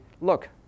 look